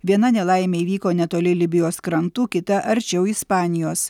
viena nelaimė įvyko netoli libijos krantų kita arčiau ispanijos